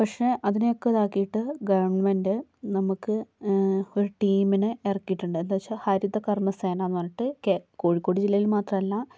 പക്ഷെ അതിനെയൊക്കെ ഇതാക്കിയിട്ട് ഗവൺമെൻറ്റ് നമുക്ക് ഒരു ടീമിനെ ഇറക്കിയിട്ടുണ്ട് എന്താ വെച്ചാൽ ഹരിത കർമ്മ സേനാന്ന് പറഞ്ഞിട്ട് കേ കോഴിക്കോട് ജില്ലയില് മാത്രവല്ല